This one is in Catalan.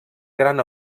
gran